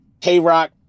K-Rock